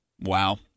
Wow